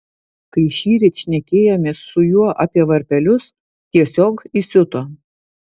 kai šįryt šnekėjomės su juo apie varpelius tiesiog įsiuto